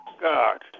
God